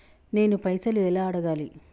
నేను పైసలు ఎలా అడగాలి?